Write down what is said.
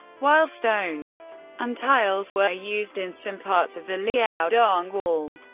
while stones and tiles were used in some parts of the liaodong wall,